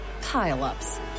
pile-ups